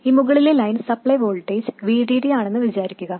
ഈ മുകളിലെ line supply voltage VDD ആണെന്ന് വിചാരിക്കുക